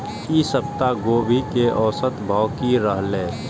ई सप्ताह गोभी के औसत भाव की रहले?